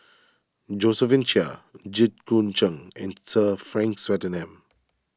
Josephine Chia Jit Koon Ch'ng and Sir Frank Swettenham